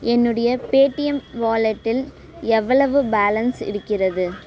என்னுடைய பேடிஎம் வாலெட்டில் எவ்வளவு பேலன்ஸ் இருக்கிறது